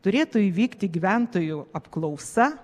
turėtų įvykti gyventojų apklausa